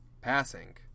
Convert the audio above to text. passing